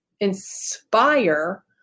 inspire